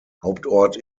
hauptort